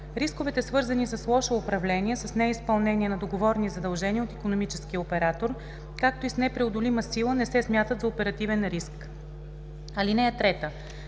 Рисковете, свързани с лошо управление, с неизпълнение на договорни задължения от икономическия оператор, както и с непреодолима сила не се смятат за оперативен риск. (3) Риск,